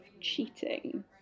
cheating